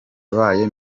yabaye